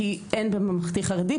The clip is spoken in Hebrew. כי אין בממלכתי חרדי.